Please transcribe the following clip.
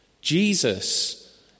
Jesus